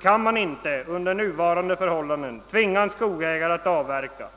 kan man inte under nuvarande förhållanden tvinga en skogsägare att avverka.